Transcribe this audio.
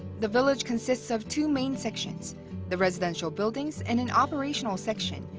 the village consists of two main sections the residential buildings and an operational section,